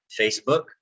Facebook